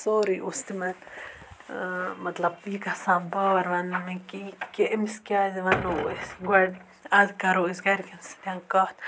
سورُے اوس تِمَن مطلب یہِ گژھان بَار وَنٛنہٕ کہِ أمِس کِیازِ وَنَو أسۍ گۄڈٕ اَدٕ کَرو أسۍ گَرِکؠن سۭتۍ کَتھ